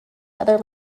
other